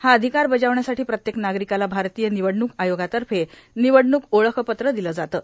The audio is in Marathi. हा अर्धिकार बजार्विण्यासाठी प्रत्येक नार्गारकाला भारतीय निवडणूक आयोगातफ निवडणूक ओळखपत्र दिलं जातं